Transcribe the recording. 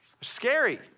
Scary